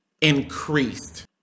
increased